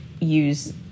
use